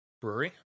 Brewery